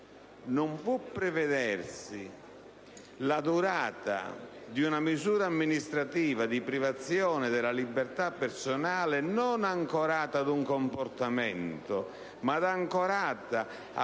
non può prevedersi la durata di una misura amministrativa di privazione della libertà personale non ancorata a un comportamento, ma ad una